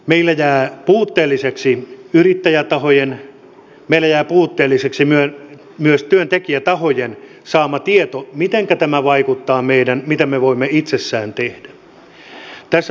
meillä jää puutteelliseksi yrittäjätahojen meillä jää puutteelliseksi myös työntekijätahojen saama tieto mitenkä tämä vaikuttaa siihen mitä me voimme itsessämme tehdä